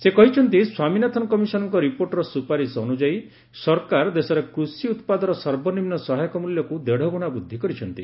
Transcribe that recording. ସେ କହିଛନ୍ତି ସ୍ୱାମୀନାଥନ୍ କମିଶନ୍ଙ୍କ ରିପୋର୍ଟ୍ର ସୁପାରିଶ ଅନୁଯାୟୀ ସରକାର ଦେଶରେ କୃଷି ଉତ୍ପାଦର ସର୍ବନିମ୍ନ ସହାୟକ ମୂଲ୍ୟକୁ ଦେଢଗୁଣା ବୃଦ୍ଧି କରିଛନ୍ତି